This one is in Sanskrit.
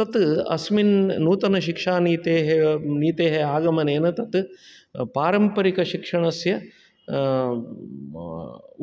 तत् अस्मिन् नूतनशिक्षानीतेः नीतेः आगमनेन तत् पारम्परिकशिक्षणस्य